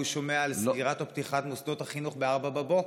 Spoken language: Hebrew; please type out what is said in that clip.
שומע על סגירה או פתיחה של מוסדות החינוך ב-04:00,